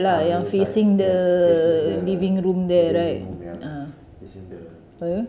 ah middle side ya facing the living room ya it's in the